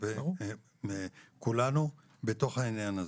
כולנו בתוך העניין הזה.